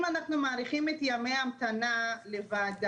אם אנחנו מאריכים את ימי ההמתנה לוועדה,